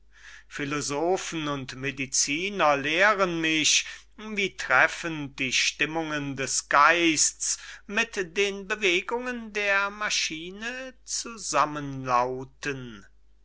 philosophen und mediziner lehren mich wie treffend die stimmungen des geists mit den bewegungen der maschine zusammen lauten